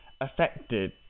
affected